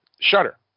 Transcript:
shutter